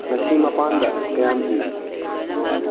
ꯉꯁꯤ ꯃꯄꯥꯟꯗ ꯀꯌꯥꯝ ꯏꯪꯏ